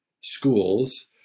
schools